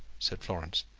said florence.